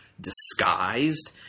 disguised